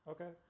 Okay